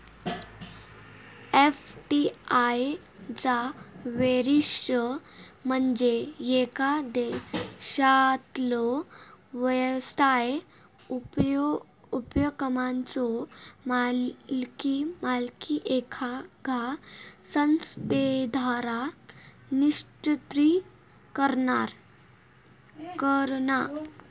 FDI चा वैशिष्ट्य म्हणजे येका देशातलो व्यवसाय उपक्रमाचो मालकी एखाद्या संस्थेद्वारा नियंत्रित करणा